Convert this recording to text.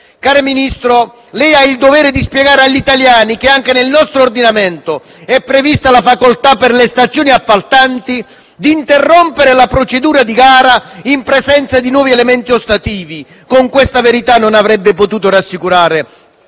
Caro Ministro, lei ha il dovere di spiegare agli italiani che anche nel nostro ordinamento è prevista la facoltà per le stazioni appaltanti di interrompere la procedura di gara in presenza di nuovi elementi ostativi. Con questa verità, però, non avrebbe potuto rassicurare